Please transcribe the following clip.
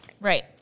Right